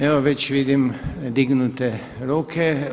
Evo već vidim dignute ruke.